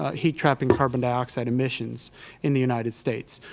heat-trapping carbon dioxide emissions in the united states,